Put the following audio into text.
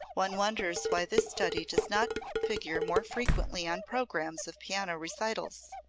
one wonders why this study does not figure more frequently on programmes of piano recitals.